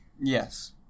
Yes